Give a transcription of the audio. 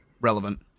relevant